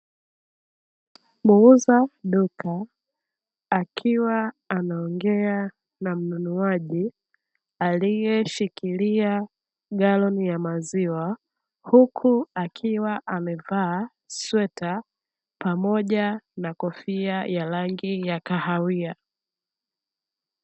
Muuza duka akiwa anaongea na mnunuaji aliyeshikilia galoni ya maziwa, huku akiwa amevaa sweta pamoja na kofia ya rangi ya kahawia.